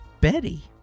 Betty